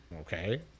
Okay